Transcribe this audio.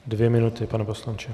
Dvě minuty, pane poslanče.